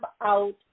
out